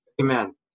Amen